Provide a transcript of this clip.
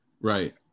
Right